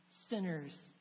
sinners